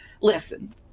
listen